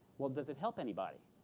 well, does it help anybody?